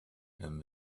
and